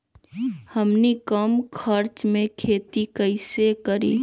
हमनी कम खर्च मे खेती कई से करी?